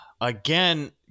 again